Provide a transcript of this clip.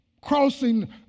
crossing